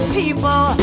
people